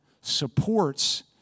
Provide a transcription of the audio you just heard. supports